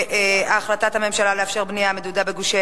שהנושא החלטת הממשלה לאפשר בנייה מדודה בגושי